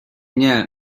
nie